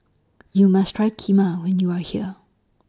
YOU must Try Kheema when YOU Are here